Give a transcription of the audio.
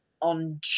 on